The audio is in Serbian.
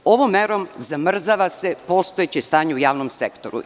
Ovom merom zamrzava se postojeće stanje u javnom sektoru.